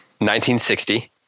1960